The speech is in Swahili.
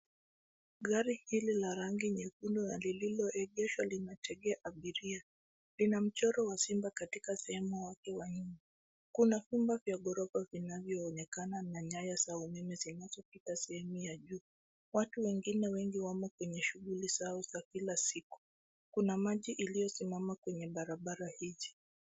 Gari hili la rangi nyekundu na lililoegeshwa linategea abiria. Lina mchoro wa simba katika sehemu wake wa nyuma. Kuna vyumba vya ghorofa vinavyoonekana na nyaya za umeme zilizopita sehemu ya juu. Watu wengine wengi wamo kwenye shughuli zao za kila siku. Kuna maji iliyosimama kwenye barabara hii.